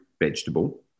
vegetable